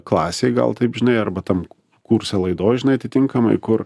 klasėj gal taip žinai arba tam kurso laidoj žinai atitinkamai kur